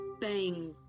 bang